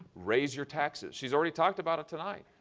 raise your taxes. she's already talked about it tonight.